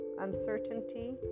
uncertainty